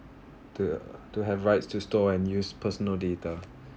to to have rights to store and use personal data